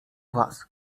was